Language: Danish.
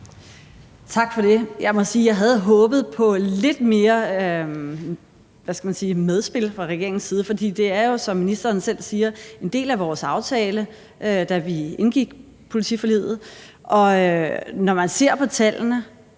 Tak for det. Jeg må sige, at jeg havde håbet på lidt mere, hvad skal man sige, medspil fra regeringens side. For det er jo, som ministeren selv siger, en del af vores aftale, som vi indgik i politiforliget. Når man ser på tallene,